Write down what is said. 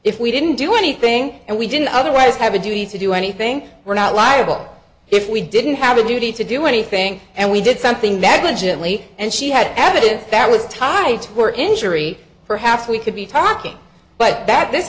if we didn't do anything and we didn't otherwise have a duty to do anything we're not liable if we didn't have a duty to do anything and we did something that legitimately and she had evidence that was tied to her injury perhaps we could be talking but that this